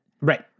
Right